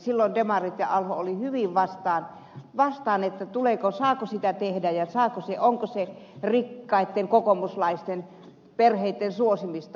silloin demarit ja alho olivat hyvin vastaan saako sitä tehdä ja onko se rikkaitten kokoomuslaisten perheitten suosimista